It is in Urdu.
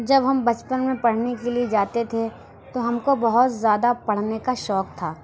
جب ہم بچپن میں پڑھنے کے لیے جاتے تھے تو ہم کو بہت زیادہ پڑھنے کا شوق تھا